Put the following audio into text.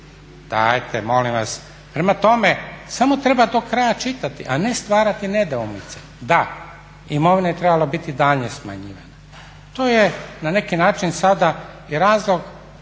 Dajte molim vas! Prema tome, samo treba do kraja čitati, a ne stvarati nedoumice. Da, imovina je trebala biti daljnje smanjivana. To je na neki način sada i razlog